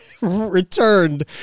returned